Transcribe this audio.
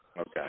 Okay